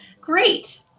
Great